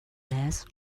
less